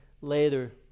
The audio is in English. later